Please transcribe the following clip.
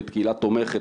קהילה תומכת,